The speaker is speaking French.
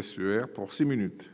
suaire pour 6 minutes.